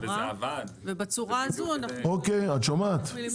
ובצורה הזו- -- את שומעת?